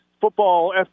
football